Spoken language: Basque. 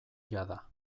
jada